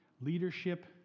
leadership